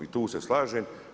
I tu se slažem.